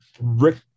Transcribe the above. Rick